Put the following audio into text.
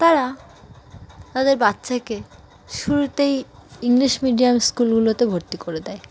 তারা তাদের বাচ্চাকে শুরুতেই ইংলিশ মিডিয়াম স্কুলগুলোতে ভর্তি করে দেয়